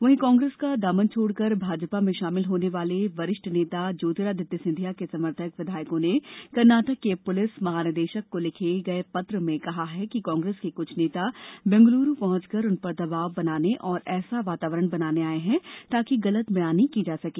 वहीं कांग्रेस को दामन छोड़कर भाजपा में शामिल होने वाले वरिष्ठ नेता ज्योतिरादित्य सिंधिया के समर्थक विधायकों ने कर्नाटक के पुलिस महानिदेशक को लिखे गए पत्रों में कहा है कि कांग्रेस के कुछ नेता बैंगलुरु पहुंचकर उन पर दबाव बनाने और ऐसा वातावरण बनाने आए हैं ताकि गलत बयानी की जा सके